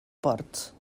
ports